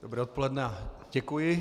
Dobré odpoledne, děkuji.